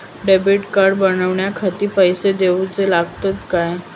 Debit card बनवण्याखाती पैसे दिऊचे लागतात काय?